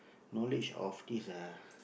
knowledge of this uh